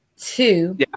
Two